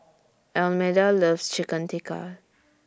Almeda loves Chicken Tikka